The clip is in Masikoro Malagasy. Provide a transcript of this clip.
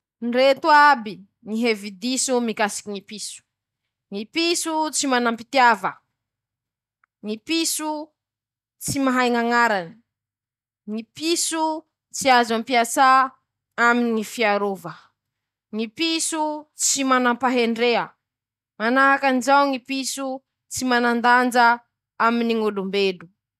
Ñy fomba fomba fiomanany ñy ecureuils amy ñy nintsy: -Fañajariany sakafo, lafa i ro mahita hane miezaky i zay mañajary ze hitany, -Manahaky anizay koa ñy fiovany aminy ñy tavy no aminy ñy hery anañany ñy vatany, -Eo avao koa ñy fiodiñany aminy gny fampiasa gny fiezaha ambany.